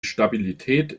stabilität